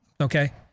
Okay